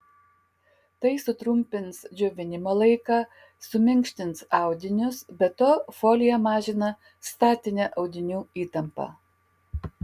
tai sutrumpins džiovinimo laiką suminkštins audinius be to folija mažina statinę audinių įtampą